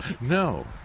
No